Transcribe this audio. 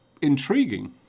intriguing